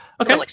Okay